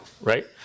right